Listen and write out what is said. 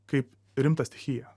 kaip rimtą stichiją